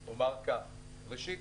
ראשית,